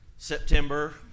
September